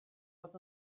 bod